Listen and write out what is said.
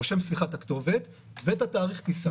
הוא רושם את הכתובת ואת תאריך הטיסה.